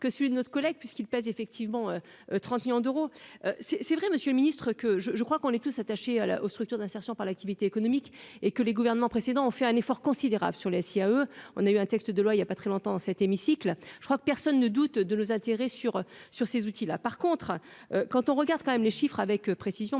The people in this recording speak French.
que celui de notre collègue puisqu'il pèse effectivement 30 millions d'euros, c'est, c'est vrai, Monsieur le Ministre, que je, je crois qu'on est tous attachés à la aux structures d'insertion par l'activité économique et que les gouvernements précédents ont fait un effort considérable sur les à eux, on a eu un texte de loi, il y a pas très longtemps dans cet hémicycle, je crois que personne ne doute de nos intérêts sur sur ces outils-là, par contre, quand on regarde quand même les chiffres avec précision,